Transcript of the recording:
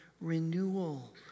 renewal